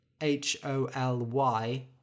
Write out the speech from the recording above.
H-O-L-Y